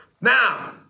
Now